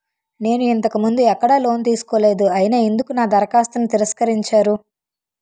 నేను ఇంతకు ముందు ఎక్కడ లోన్ తీసుకోలేదు అయినా ఎందుకు నా దరఖాస్తును తిరస్కరించారు?